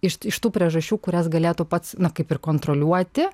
iš iš tų priežasčių kurias galėtų pats na kaip ir kontroliuoti